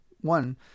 one